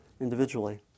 individually